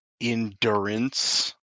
endurance